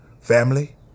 Family